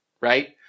right